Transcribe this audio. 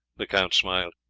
the count smiled.